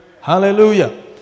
Hallelujah